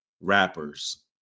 rappers